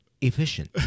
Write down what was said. efficient